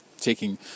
taking